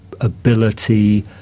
ability